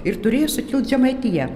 ir turėjo sukilt žemaitija